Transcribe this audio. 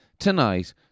Tonight